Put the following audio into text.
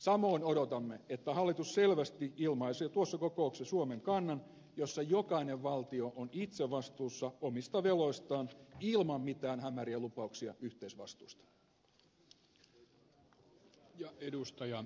samoin odotamme että hallitus selvästi ilmaisee tuossa kokouksessa suomen kannan jossa jokainen valtio on itse vastuussa omista veloistaan ilman mitään hämäriä lupauksia yhteisvastuista